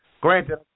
granted